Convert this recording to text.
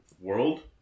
world